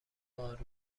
وجود